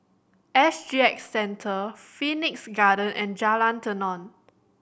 S G X Centre Phoenix Garden and Jalan Tenon